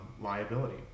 liability